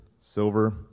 silver